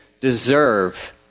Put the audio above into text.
deserve